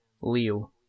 Leo